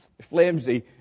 flimsy